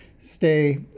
stay